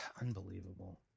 Unbelievable